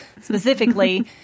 specifically